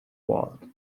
wall